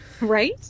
right